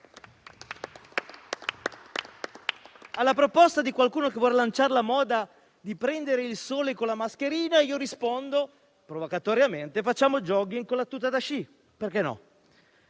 Alla proposta di qualcuno che vuole lanciare la moda di prendere il sole con la mascherina, rispondo provocatoriamente: facciamo *jogging* con la tuta da sci. A